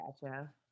Gotcha